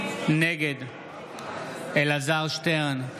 נגד אלעזר שטרן,